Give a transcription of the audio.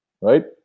right